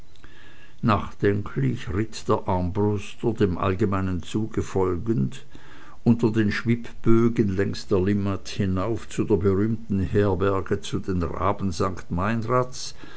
nachdenklich ritt der armbruster dem allgemeinen zuge folgend unter den schwibbögen längs der limmat hinauf der berühmten herberge zu den raben